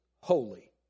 holy